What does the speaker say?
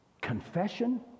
confession